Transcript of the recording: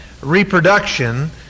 reproduction